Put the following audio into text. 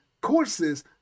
courses